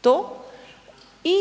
to i